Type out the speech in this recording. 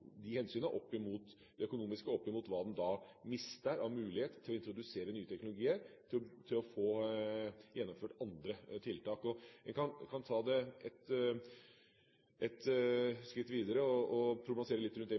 de økonomiske hensynene opp mot hva en da mister av mulighet til å introdusere nye teknologier, til å få gjennomført andre tiltak. Jeg kan ta det ett skritt videre og problematisere litt rundt isolasjon av hus, utbytting av vinduer. Det